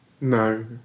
No